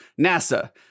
NASA